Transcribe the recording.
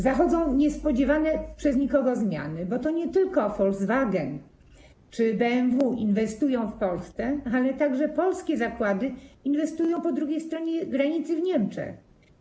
Zachodzą niespodziewane zmiany, bo to nie tylko Volkswagen czy BMW inwestują w Polsce, ale także polskie zakłady inwestują po drugiej stronie granicy, w Niemczech.